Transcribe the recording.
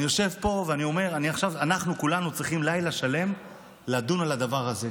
אני יושב פה ואני אומר: אנחנו כולנו צריכים לילה שלם לדון על הדבר הזה.